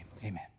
amen